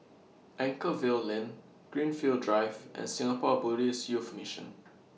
Anchorvale Lane Greenfield Drive and Singapore Buddhist Youth Mission